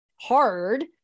hard